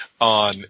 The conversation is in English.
on